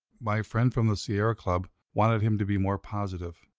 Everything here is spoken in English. my friend from the sierra club wanted him to be more positive,